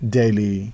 daily